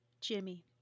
Jimmy